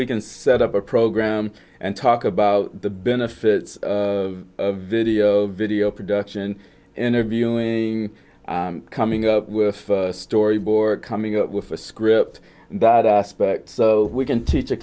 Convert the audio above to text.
we can set up a program and talk about the benefits of video video production interviewing coming up with a storyboard coming up with a script that aspect we can teach a